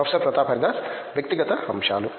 professor Pratap Haridas వ్యక్తి గత అంశాలు